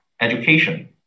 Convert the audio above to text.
Education